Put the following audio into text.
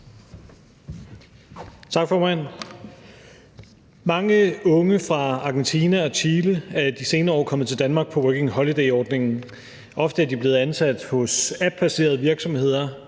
Mange unge fra Argentina og Chile er i de senere år kommet til Danmark på Working Holiday-ordningen. Ofte er de blevet ansat hos appbaserede virksomheder;